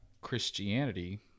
Christianity